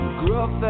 gruff